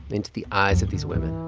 into the eyes of these women,